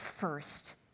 first